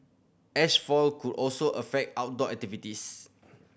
ash fall could also affect outdoor activities